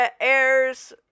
airs